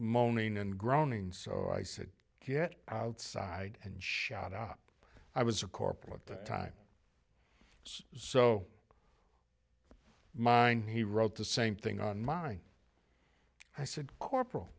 moaning and groaning so i said get outside and shot up i was a corporal at the time it's so mine he wrote the same thing on my i said corporal